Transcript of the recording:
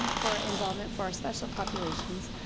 for involvement for our special populations,